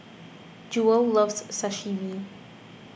Jewell loves Sashimi